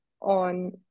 on